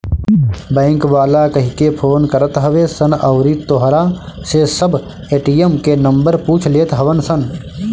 bank वाला कहिके phone करत हवे सन अउरी तोहरा से सब ए.टी.एम के नंबर पूछ लेत हवन सन